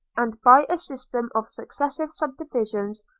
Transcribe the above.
and by a system of successive subdivisions,